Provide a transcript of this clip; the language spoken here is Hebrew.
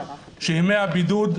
שימי הבידוד,